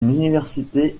université